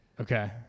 Okay